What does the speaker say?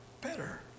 better